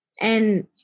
And-